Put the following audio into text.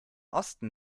osten